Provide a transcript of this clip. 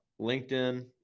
LinkedIn